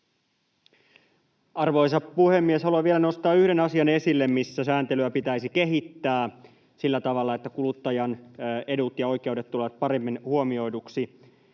Arvoisa puhemies! Haluan vielä nostaa esille yhden asian, missä sääntelyä pitäisi kehittää sillä tavalla, että kuluttajan edut ja oikeudet tulevat paremmin huomioiduksi,